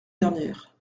dernière